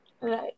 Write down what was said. Right